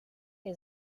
què